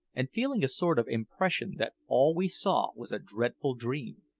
and feeling a sort of impression that all we saw was a dreadful dream.